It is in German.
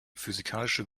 physikalische